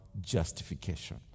justification